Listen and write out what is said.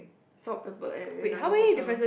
salt pepper an~ another bottle